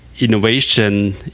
innovation